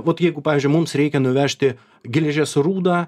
vat jeigu pavyzdžiui mums reikia nuvežti geležies rūdą